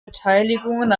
beteiligungen